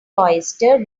oyster